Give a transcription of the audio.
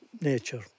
Nature